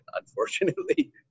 unfortunately